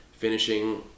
finishing